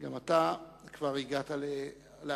גם אתה כבר הגעת להצבעה.